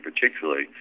particularly